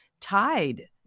tied